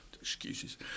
excuses